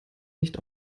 nicht